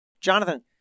Jonathan